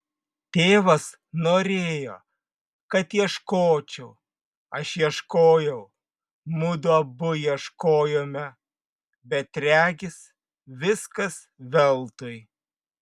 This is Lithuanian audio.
tėvas norėjo kad ieškočiau aš ieškojau mudu abu ieškojome bet regis viskas veltui